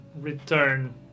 return